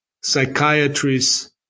psychiatrists